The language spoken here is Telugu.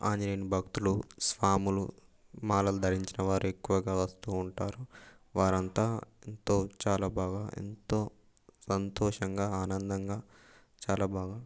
ఆంజనేయుని భక్తులు స్వాములు మాలలు ధరించినవారు ఎక్కువగా వస్తూ ఉంటారు వారంతా ఎంతో చాలా బాగా ఎంతో సంతోషంగా ఆనందంగా చాలా బాగా